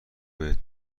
بهت